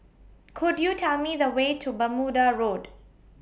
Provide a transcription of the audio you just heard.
Could YOU Tell Me The Way to Bermuda Road